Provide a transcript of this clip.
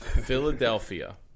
Philadelphia